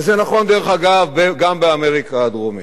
וזה נכון, דרך אגב, גם באמריקה הדרומית.